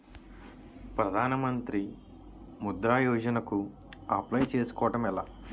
ప్రధాన మంత్రి ముద్రా యోజన కు అప్లయ్ చేసుకోవటం ఎలా?